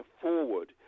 forward